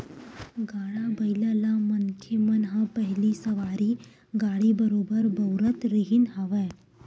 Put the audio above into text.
गाड़ा बइला ल मनखे मन ह पहिली सवारी गाड़ी बरोबर बउरत रिहिन हवय